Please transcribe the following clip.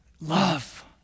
Love